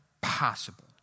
possible